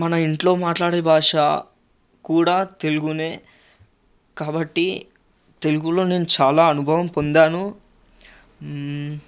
మన ఇంట్లో మాట్లాడేభాష కూడా తెలుగునే కాబట్టీ తెలుగులో నేను చాలా అనుభవం పొందాను